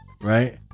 right